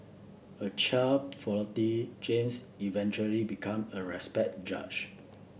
a child prodigy James eventually become a respect judge